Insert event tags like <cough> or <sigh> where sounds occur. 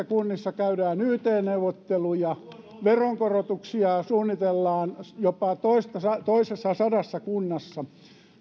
<unintelligible> kunnissa käydään yt neuvotteluja veronkorotuksia suunnitellaan jopa toistasadassa kunnassa